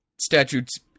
statutes